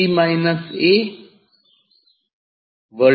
'c' minus 'a'